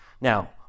Now